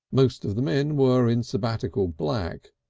most of the men were in sabbatical black,